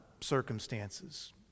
circumstances